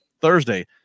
Thursday